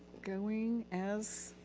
going as,